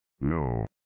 No